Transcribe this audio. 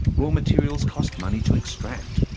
raw materials cost money to extract.